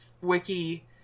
wiki-